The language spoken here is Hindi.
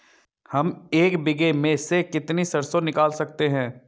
हम एक बीघे में से कितनी सरसों निकाल सकते हैं?